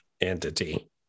entity